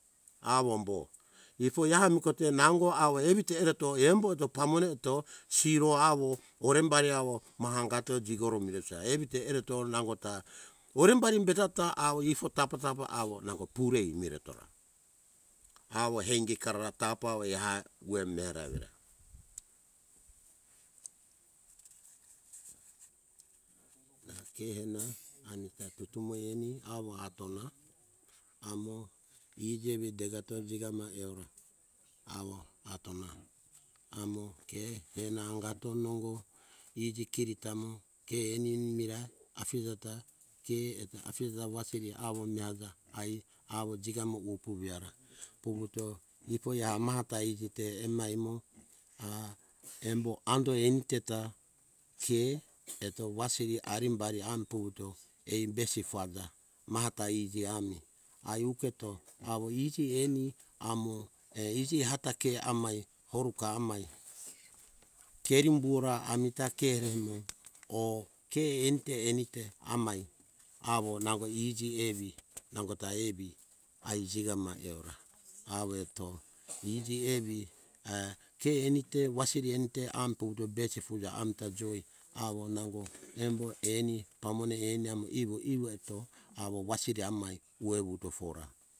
Awo ombo ifoi ehamu kote nango awo evite ereto embo eto pamone to siro awo orembari awo mahangato jigoro mire uja evite ereto nangota orembari betata awo ifo tapa - tapa awo nango pure imere tora awo ingi karara tapa oi ha uwe mera ewira na ke ena ami tutumo eni awo atona amo iji evi degato jigama eora awo atona amo ke ena angato nongo iji kerita mo ke eni mirai afije ta ke eh afije ta wasiri awo miaija ai awo jigamo wu puviora puvuto ifoi amata iji te emai mo ah embo ando eni teta ke eto wasiri arimbari am puvuto eim besi fada mata iji ami ai uketo awo iji eni amo err iji ata ke amai horuka amai ipoi kerimbora amita ke emo oh ke ente enite amai awo nango iji evi nangota evi ai jigamai eora awo eto iji evi err ke enite wasiri enite am puvuto beti fuja amta joi awo nango embo eni pamone eni amo ivu ivu eto awo wasiri amai uwe wuto fora